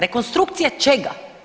Rekonstrukcija čega?